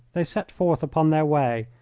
they set forth upon their way,